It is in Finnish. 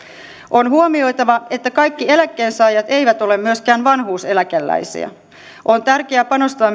on huomioitava että kaikki eläkkeensaajat eivät ole myöskään vanhuuseläkeläisiä on tärkeää panostaa